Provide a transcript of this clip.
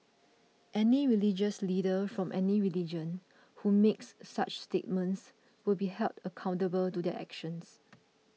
any religious leader from any religion who makes such statements will be held accountable to their actions